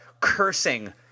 cursing